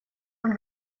und